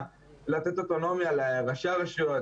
לתת אוטונומיה לראשי הרשויות,